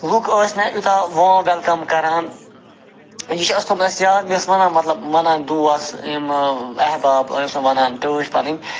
لُکھ ٲسۍ مےٚ یوتاہ وارم وٮ۪لکَم کَران یہِ چھِ اَسہِ تھومُت یاد مےٚ ٲس ونان مَطلَب ونان دوس یِم احباب ٲسۍ مےٚ ونان ٹٲٹھۍ پَنٕنۍ